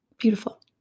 beautiful